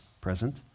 present